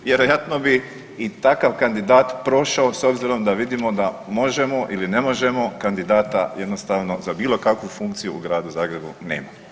Vjerojatno bi i takav kandidat prošao s obzirom da vidimo da MOŽEMO ili ne možemo kandidata jednostavno za bilo kakvu funkciju u gradu Zagrebu nema.